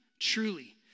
truly